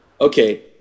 Okay